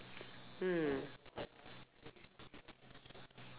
mm